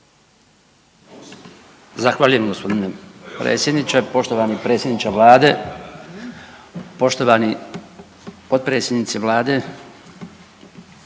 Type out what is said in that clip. Zahvaljujem g. predsjedniče, poštovani predsjedniče Vlade, poštovani potpredsjednici Vlade.